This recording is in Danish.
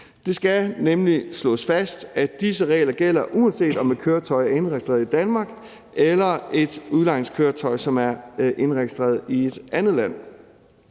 Det skal nemlig slås fast, at disse regler gælder, uanset om det er et køretøj, der er indregistreret i Danmark, eller et udlejningskøretøj, som er indregistreret i et andet land.